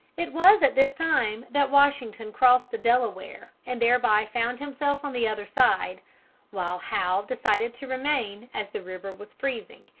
it was at this time that washington crossed the delaware and thereby found himself on the other side while howe decided to remain, as the river was freezing,